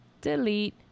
Delete